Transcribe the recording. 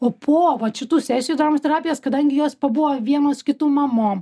o po vat šitų sesijų dramos terapijos kadangi jos pabuvo vienos kitų mamom